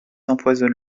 empoisonne